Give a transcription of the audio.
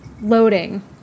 loading